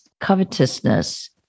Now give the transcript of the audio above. covetousness